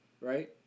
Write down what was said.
right